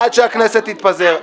-- עד שהכנסת תתפזר.